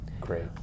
Great